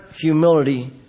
humility